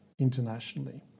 internationally